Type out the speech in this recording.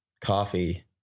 Coffee